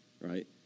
right